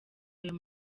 ayo